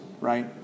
right